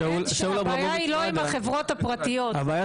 הבעיה היא לא עם החברות הפרטיות --- הבעיה